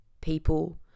people